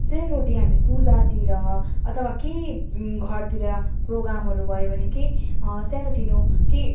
सेलरोटी हामी पूजातिर अथवा केही घरतिर प्रोग्रामहरू भयो भने केही सानोतिनो केही